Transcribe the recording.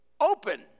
Open